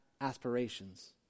aspirations